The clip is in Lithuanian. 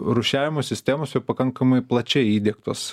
rūšiavimo sistemos jau pakankamai plačiai įdiegtos